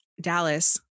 Dallas